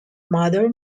mother